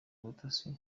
ubutasi